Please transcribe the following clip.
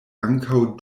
ankaŭ